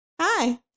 Hi